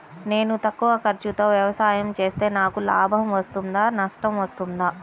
నేను తక్కువ ఖర్చుతో వ్యవసాయం చేస్తే నాకు లాభం వస్తుందా నష్టం వస్తుందా?